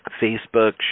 Facebook